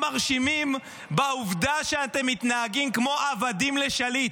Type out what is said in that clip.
מרשימים בעובדה שאתם מתנהגים כמו עבדים לשליט?